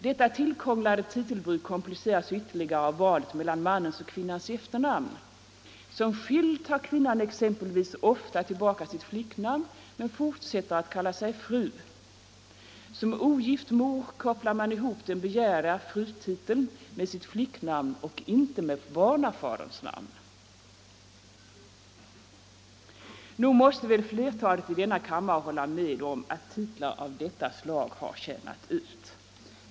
Detta tillkrånglade titelbruk kompliceras ytterligare av valet mellan mannens och kvinnans efternamn. Som skild tar kvinnan exempelvis ofta tillbaka sitt flicknamn men fortsätter att kalla sig fru. Som ogift mor kopplar man ihop den begärda frutiteln med sitt flicknamn och inte med barnafaderns namn. Nog måste väl flertalet i denna kammare hålla med om att titlar av detta slag har tjänat ut.